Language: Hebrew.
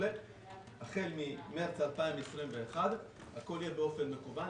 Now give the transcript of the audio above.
החל ממרץ 2021, הכול יהיה באופן מקוון.